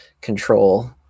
control